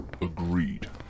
Agreed